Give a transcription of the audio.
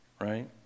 right